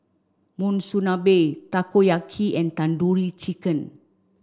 Monsunabe Takoyaki and Tandoori Chicken